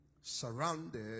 surrounded